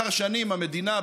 לאחר שנים המדינה,